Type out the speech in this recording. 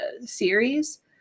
series